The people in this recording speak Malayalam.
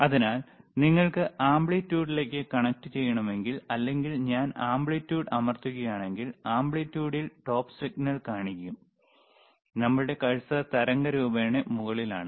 അതിനാൽ നിങ്ങൾക്ക് ആംപ്ലിറ്റ്യൂഡിലേക്ക് കണക്റ്റുചെയ്യണമെങ്കിൽ അല്ലെങ്കിൽ ഞാൻ ആംപ്ലിറ്റ്യൂഡ് അമർത്തുകയാണെങ്കിൽ ആംപ്ലിറ്റ്യൂഡിൽ ടോപ്പ് സിഗ്നൽ കാണും നമ്മളുടെ കഴ്സർ തരംഗരൂപത്തിന്റെ മുകളിലാണ്